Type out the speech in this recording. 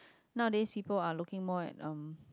nowadays people are looking more at um